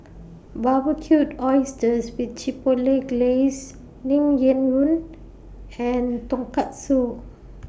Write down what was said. Barbecued Oysters with Chipotle Glaze Naengmyeon and Tonkatsu